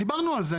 דיברנו על זה,